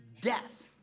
death